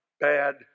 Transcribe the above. bad